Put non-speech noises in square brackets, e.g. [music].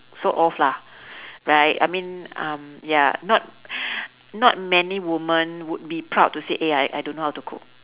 sort of lah right I mean um ya not [breath] not many woman would be proud to say eh I I don't know how to cook